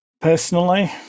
personally